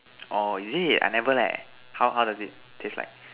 orh is it I never leh how does it taste like